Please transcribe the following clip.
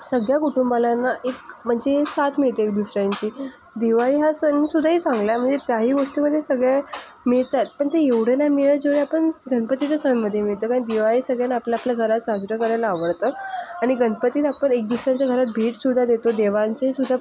सगळ्या कुटुंबाला आहे ना एक म्हणजे साथ मिळते एक दुसऱ्यांची दिवाळी हा सणसुद्धा ही चांगला आहे म्हणजे त्याही गोष्टीमध्ये सगळे मिळतात पण ते एवढे नाही मिळत जेवढे आपण गणपतीच्या सणामध्ये मिळतो कारण दिवाळीत सगळ्यांना आपल्या आपल्या घरात साजरं करायला आवडतं आणि गणपती आपण एक दुसऱ्यांच्या घरात भेटसुद्धा देतो देवांचेही सुद्धा